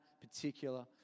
particular